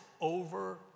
over